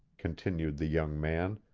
continued the young man,